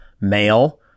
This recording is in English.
male